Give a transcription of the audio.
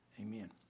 Amen